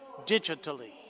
digitally